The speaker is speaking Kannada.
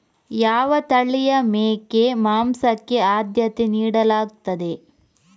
ಯಾವ ತಳಿಯ ಮೇಕೆ ಮಾಂಸಕ್ಕೆ ಆದ್ಯತೆ ನೀಡಲಾಗ್ತದೆ?